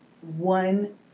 one